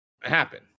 happen